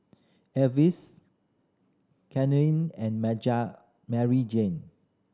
Elvis Caitlynn and Maryjane